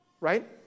right